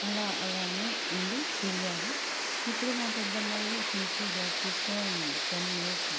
అలా అలానే ఉండి పెరిగారు ఇప్పుడు మా పెద్దమ్మాయి సెన్స్ లో జాబ్ చేస్తా ఉన్నింది టెన్ ఇయర్సుగా